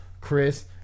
Chris